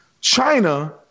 China